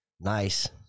nice